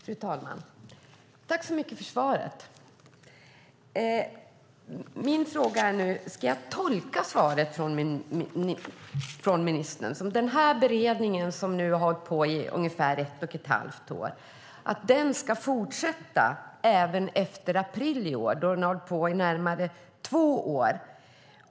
Fru talman! Tack så mycket för svaret! Ska jag tolka svaret från ministern som att den beredning som nu har hållit på i ungefär ett och ett halvt år ska fortsätta även efter april i år? Då har den hållit på i närmare två år.